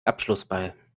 abschlussball